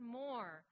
more